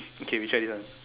okay we try this one